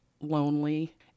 lonely